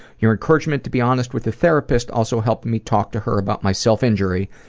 your encouragement to be honest with a therapist also helped me talk to her about my self-injury,